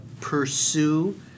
pursue